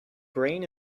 brain